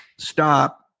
stop